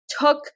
took